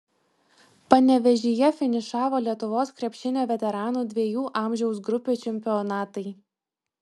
panevėžyje finišavo lietuvos krepšinio veteranų dviejų amžiaus grupių čempionatai